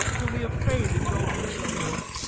till we have prayed, and all be ready on board.